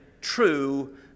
true